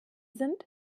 sind